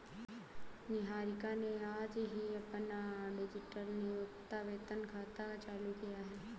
निहारिका ने आज ही अपना डिजिटल नियोक्ता वेतन खाता चालू किया है